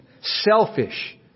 selfish